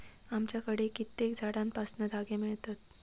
आमच्याकडे कित्येक झाडांपासना धागे मिळतत